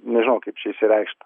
nežinau kaip čia išsireikšt